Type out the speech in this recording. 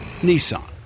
Nissan